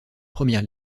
première